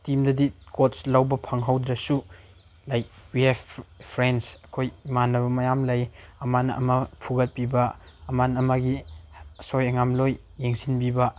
ꯇꯤꯞꯗꯗꯤ ꯀꯣꯠꯁ ꯂꯧꯕ ꯐꯪꯍꯧꯗ꯭ꯔꯁꯨ ꯂꯥꯏꯛ ꯋꯤ ꯍꯦꯞ ꯐ꯭ꯔꯦꯟꯁ ꯑꯩꯈꯣꯏ ꯏꯃꯥꯟꯅꯕ ꯃꯌꯥꯝ ꯂꯩ ꯑꯃꯅ ꯑꯃ ꯐꯨꯒꯠꯄꯤꯕ ꯑꯃꯅ ꯑꯃꯒꯤ ꯑꯁꯣꯏ ꯑꯉꯥꯝ ꯂꯣꯏꯅ ꯌꯦꯡꯁꯤꯟꯕꯤꯕ